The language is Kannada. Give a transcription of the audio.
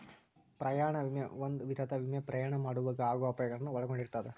ಪ್ರಯಾಣ ವಿಮೆ ಒಂದ ವಿಧದ ವಿಮೆ ಪ್ರಯಾಣ ಮಾಡೊವಾಗ ಆಗೋ ಅಪಾಯಗಳನ್ನ ಒಳಗೊಂಡಿರ್ತದ